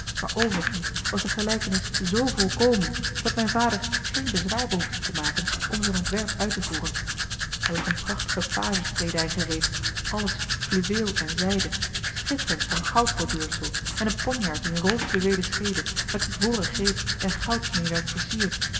maar overigens was de gelijkenis zoo volkomen dat mijn vader geen bezwaar behoefde te maken om zijn ontwerp uit te voeren er lag eene prachtige pages kleedij gereed alles fluweel en zijde schitterend van goud borduursel en een ponjaard in rood fluweelen schede met ivoren greep en goudsmeêwerk versierd